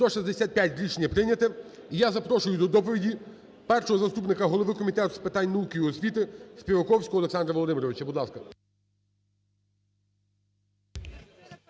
За-165 Рішення прийнято. І я запрошую до доповіді першого заступника голови Комітету з питань науки і освіти Співаковського Олександра Володимировича.